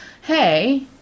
hey